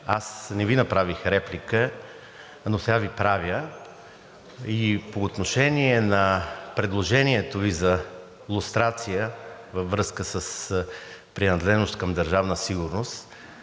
не Ви направих реплика, но сега Ви правя. И по отношение на предложението Ви за лустрация във връзка с принадлежност към Държавна сигурност